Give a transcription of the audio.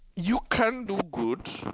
you can do good.